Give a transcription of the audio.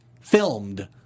filmed